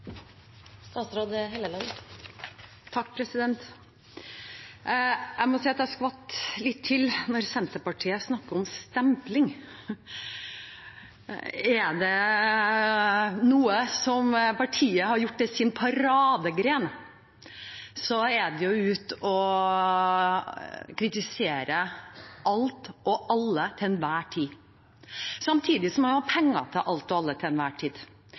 det noe partiet har gjort til sin paradegren, så er det jo å gå ut og kritisere alt og alle til enhver tid, samtidig som man har penger til alt og alle til enhver tid.